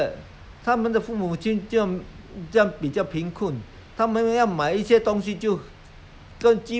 !huh! 人家有这个我也是要这个人家有那个我也是要有那个那种心态不是正确的